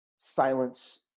silence